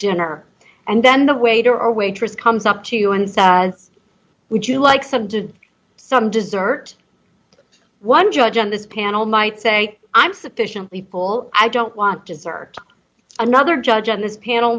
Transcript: dinner and then the waiter or waitress comes up to you and says would you like some did some dessert one judge on this panel might say i'm sufficiently pull i don't want dessert another judge on this panel